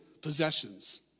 possessions